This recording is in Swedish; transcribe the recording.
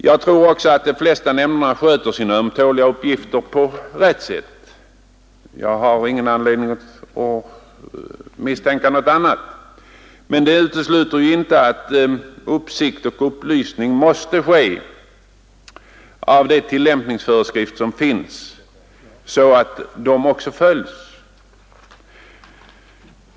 Jag tror att de flesta nämnder sköter sina ömtåliga uppgifter på rätt sätt; jag har ingen anledning att misstänka något annat. Men det utesluter inte att uppsikt måste ske och upplysning lämnas om de tillämpningsföreskrifter som finns så att de också efterlevs.